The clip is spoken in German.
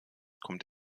kommt